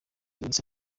iminsi